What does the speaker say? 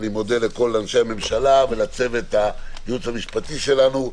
אני מודה לכל אנשי הממשלה ולצוות הייעוץ המשפטי שלנו,